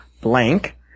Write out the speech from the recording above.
blank